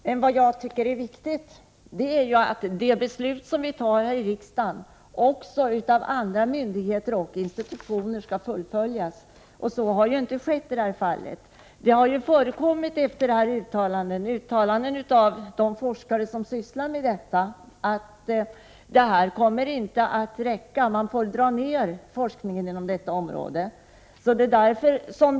Herr talman! Vad jag tycker är viktigt är att de beslut som har fattats här i riksdagen också skall fullföljas av andra myndigheter och institutioner. Så har inte skett i detta fall. Efter styrelseordförandens uttalande har de forskare som sysslar med detta påpekat att medlen inte kommer att räcka och att forskningen inom detta område måste dras ned.